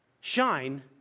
Shine